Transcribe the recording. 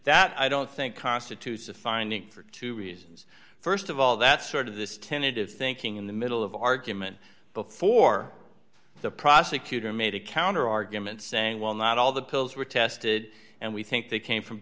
that i don't think constitutes a finding for two reasons st of all that sort of this tentative thinking in the middle of argument before the prosecutor made a counter argument saying well not all the pills were tested and we think they came from